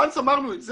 ברגע שאמרנו את זה,